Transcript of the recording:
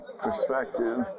perspective